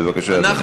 בבקשה, אדוני.